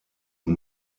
und